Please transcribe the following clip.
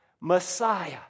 Messiah